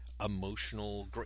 emotional